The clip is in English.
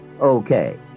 okay